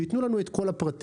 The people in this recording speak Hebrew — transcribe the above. שיתנו לנו את כל הפרטים.